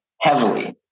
Heavily